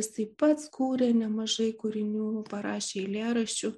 jisai pats kūrė nemažai kūrinių parašė eilėraščių